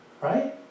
Right